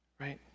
right